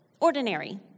ordinary